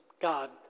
God